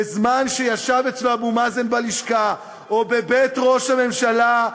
בזמן שישב אצלו אבו מאזן בלשכה או בבית ראש הממשלה,